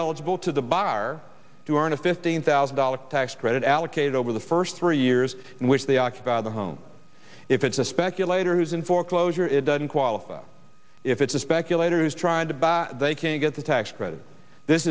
eligible to the bar to earn a fifteen thousand dollars tax credit allocated over the first three years in which they occupy the home if it's a speculator who's in foreclosure it doesn't qualify if it's a speculator who is trying to buy they can't get the tax credit this